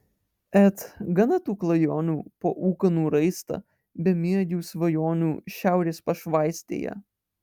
et gana tų klajonių po ūkanų raistą bemiegių svajonių šiaurės pašvaistėje